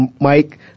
Mike